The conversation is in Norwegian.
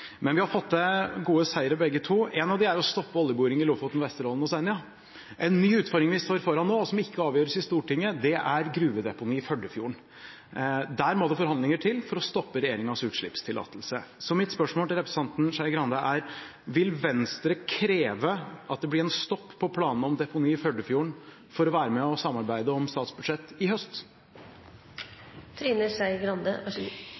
Men vi har fått til gode seire, begge to. En av dem er å stoppe oljeboring i Lofoten, Vesterålen og Senja. En ny utfordring vi står foran nå, og som ikke avgjøres i Stortinget, er gruvedeponi i Førdefjorden. Der må det forhandlinger til for å stoppe regjeringens utslippstillatelse. Mitt spørsmål til representanten Skei Grande er: Vil Venstre, for å være med og samarbeide om statsbudsjett i høst, kreve at det blir en stopp for planene om deponi i Førdefjorden? Jeg takker for